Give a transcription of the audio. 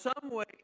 someway